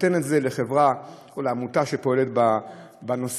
נותן את זה לחברה או לעמותה שפועלת בנושא,